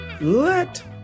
Let